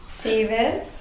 David